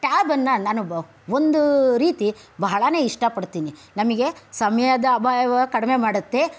ಟ್ಯಾಬನ್ನು ನಾನು ಬ ಒಂದು ರೀತಿ ಬಹಳನೆ ಇಷ್ಟಪಡ್ತೀನಿ ನಮಗೆ ಸಮಯದ ಅಭಾವ ಕಡಿಮೆ ಮಾಡುತ್ತೆ